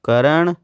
ਕਰਨ